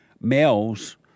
males